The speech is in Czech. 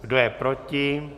Kdo je proti?